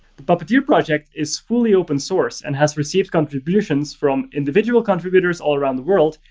the puppet you project is fully open-source and has received contributions from individual contributors all around the world,